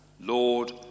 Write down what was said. Lord